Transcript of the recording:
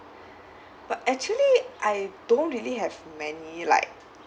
but actually I don't really many like